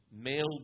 Male